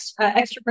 extrovert